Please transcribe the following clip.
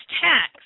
tax